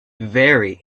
very